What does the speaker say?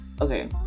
Okay